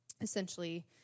essentially